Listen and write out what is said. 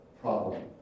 problem